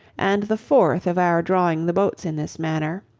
and the fourth of our drawing the boats in this manner,